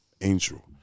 angel